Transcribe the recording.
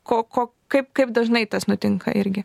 ko ko kaip kaip dažnai tas nutinka irgi